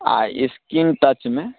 आ स्क्रीन टचमे